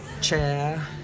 chair